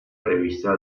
revista